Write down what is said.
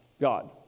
God